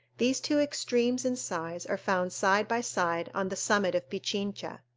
these two extremes in size are found side by side on the summit of pichincha.